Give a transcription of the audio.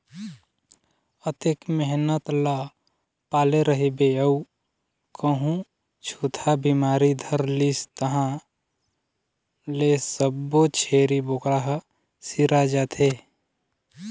अतेक मेहनत ल पाले रहिबे अउ कहूँ छूतहा बिमारी धर लिस तहाँ ले सब्बो छेरी बोकरा ह सिरा जाथे